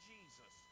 Jesus